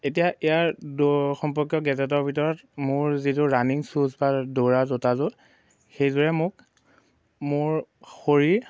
এতিয়া ইয়াৰ দৌৰ সম্পৰ্কীয় গেজেটৰ ভিতৰত মোৰ যিযোৰ ৰানিং শ্বুজ বা দৌৰা জোতাযোৰ সেইযোৰে মোক মোৰ শৰীৰ